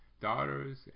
daughters